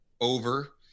over